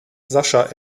sascha